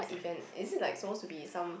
what event is it like supposed to be some